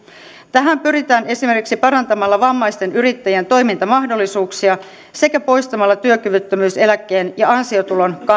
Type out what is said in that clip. tähän pyritään esimerkiksi parantamalla vammaisten yrittäjien toimintamahdollisuuksia sekä poistamalla työkyvyttömyyseläkkeen ja ansiotulon